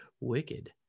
Wicked